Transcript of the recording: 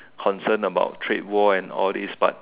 concern about trade war and all these but